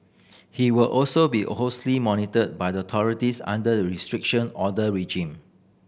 he will also be a monitored by the authorities under the Restriction Order regime